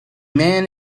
man